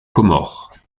comores